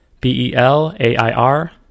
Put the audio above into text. B-E-L-A-I-R